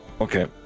Okay